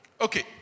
Okay